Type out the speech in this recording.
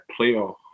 playoff